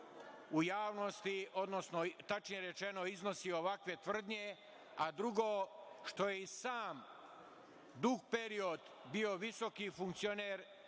u javnosti, odnosno tačnije rečeno iznosi ovakve tvrdnje, a drugo što je i sam dug period bio visoki funkcioner